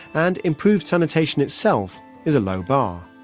and improved sanitation itself is a low bar.